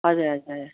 हजुर हजुर